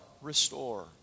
restore